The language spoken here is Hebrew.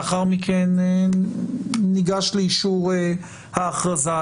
לאחר מכן ניגש לאישור ההכרזה.